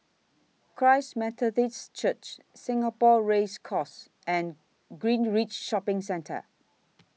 Christ Methodist Church Singapore Race Course and Greenridge Shopping Centre